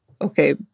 Okay